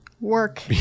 work